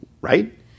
right